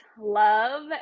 love